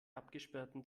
abgesperrten